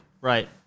Right